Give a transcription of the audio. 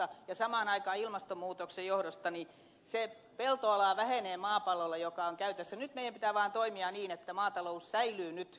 samaan aikaan ilmastonmuutoksen johdosta se peltoala vähenee maapallolla joka on käytössä ne tavan toimia niin että maatalous säilynyt